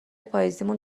پاییزیمون